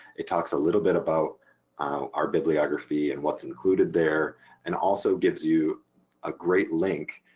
it talks a little bit about our bibliography and what's included there and also gives you a great link,